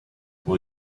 will